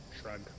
shrug